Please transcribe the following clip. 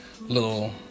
little